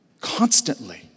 Constantly